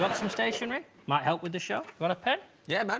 but some stationery might help with the show. want a pen? yeah, man.